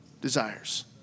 desires